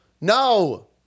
No